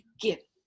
Get